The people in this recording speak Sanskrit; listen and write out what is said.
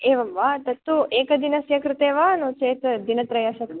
एवं वा तत्तु एकदिनस्य कृते वा नो चेत् दिनत्रयस्य कृ